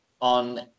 on